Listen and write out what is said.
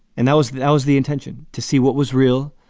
and that was that was the intention to see what was real,